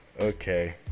Okay